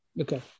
Okay